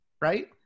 right